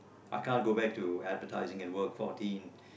I can't go back to advertising and work fourteen